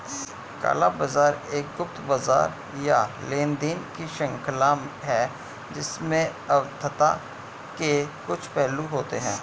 काला बाजार एक गुप्त बाजार या लेनदेन की श्रृंखला है जिसमें अवैधता के कुछ पहलू होते हैं